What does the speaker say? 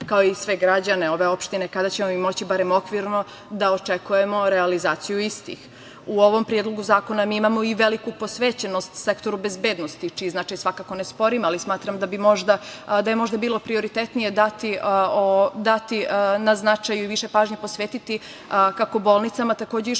kao i sve građane ove opštine, kada ćemo mi moći barem okvirno da očekujemo realizaciju istih?U ovom predlogu zakona mi imamo i veliku posvećenost sektoru bezbednosti, čiji značaj svakako ne sporim, ali smatram da je možda bilo prioritetnije dati na značaju i više pažnje posvetiti kako bolnicama, takođe i